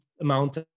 amount